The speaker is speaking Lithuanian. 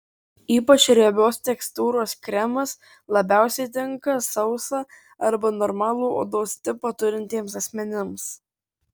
ypač riebios tekstūros kremas labiausiai tinka sausą arba normalų odos tipą turintiems asmenims